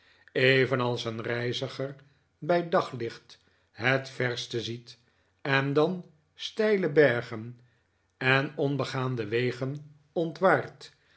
evenals een reiziger bij daglicht het verste ziet an dan steile bergen en ongebaande wegen ontwaart